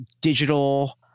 digital